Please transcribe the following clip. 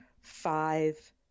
five